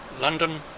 London